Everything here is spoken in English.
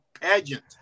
pageant